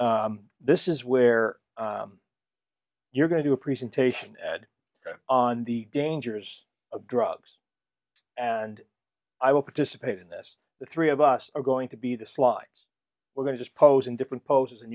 this is where you're going to do a presentation ad on the dangers of drugs and i will participate in this the three of us are going to be the slides we're going just posing different poses and